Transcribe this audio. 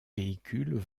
véhicules